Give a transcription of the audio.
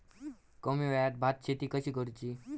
कमी वेळात भात शेती कशी करुची?